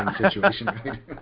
situation